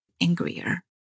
angrier